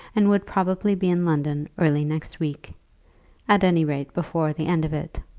and would probably be in london early next week at any rate before the end of it.